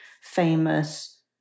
famous